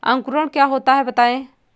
अंकुरण क्या होता है बताएँ?